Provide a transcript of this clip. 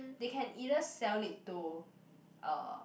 they can either sell it to uh